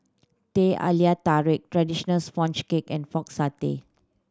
Teh Halia Tarik traditional sponge cake and Pork Satay